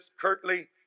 curtly